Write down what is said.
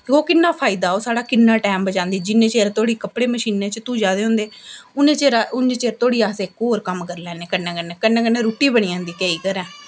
ते ओह् किन्ना फायदा ऐ ओह् साढ़ा किन्ना टैम बचांदी जिन्ने चिर धोड़ी कपड़े मशीनै च धुचै दे होंदे उन्ने चिर धोड़ी अस इक होर कम्म करी लैन्ने कन्नै कन्नै कन्नै कन्नै रुट्टी बी बनी जंदी केईं घरें